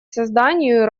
созданию